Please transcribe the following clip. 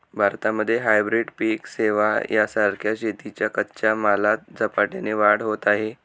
भारतामध्ये हायब्रीड पिक सेवां सारख्या शेतीच्या कच्च्या मालात झपाट्याने वाढ होत आहे